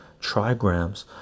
trigrams